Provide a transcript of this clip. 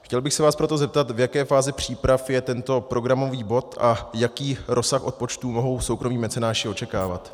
Chtěl bych se vás proto zeptat, v jaké fázi příprav je tento programový bod a jaký rozsah odpočtů mohou soukromí mecenáši očekávat.